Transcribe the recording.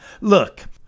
Look